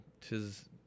tis